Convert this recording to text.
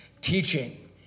teaching